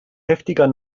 heftiger